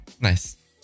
Nice